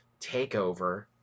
takeover